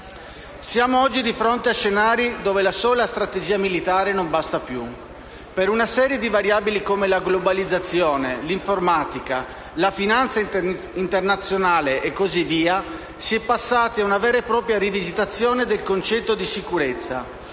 Siamo oggi di fronte a scenari dove la sola strategia militare non basta più. Per una serie di variabili come la globalizzazione, l'informatica, la finanza internazionale e così via, si è passati a una vera e propria rivisitazione del concetto di sicurezza